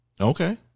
Okay